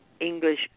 English